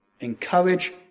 encourage